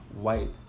white